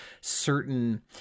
certain